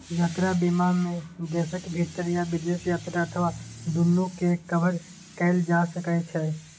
यात्रा बीमा मे देशक भीतर या विदेश यात्रा अथवा दूनू कें कवर कैल जा सकै छै